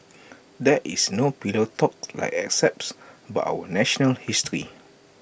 there is no pillow talk like excepts about our national history